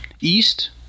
East